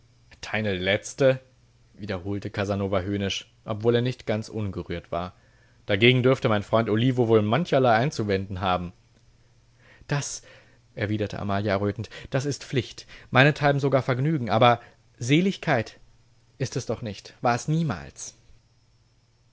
deine letzte wiederholte casanova höhnisch obwohl er nicht ganz ungerührt war dagegen dürfte mein freund olivo wohl mancherlei einzuwenden haben das erwiderte amalia errötend das ist pflicht meinethalben sogar vergnügen aber seligkeit ist es doch nicht war es niemals